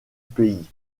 pays